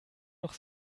noch